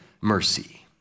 mercy